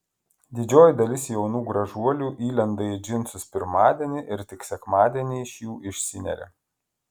didžioji dalis jaunų gražuolių įlenda į džinsus pirmadienį ir tik sekmadienį iš jų išsineria